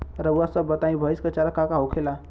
रउआ सभ बताई भईस क चारा का का होखेला?